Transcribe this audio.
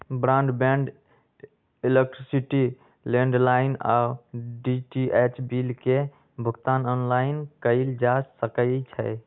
broadband, electricity, landline आऽ DTH bill के भुगतान ऑनलाइन कएल जा सकइ छै